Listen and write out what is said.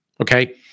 Okay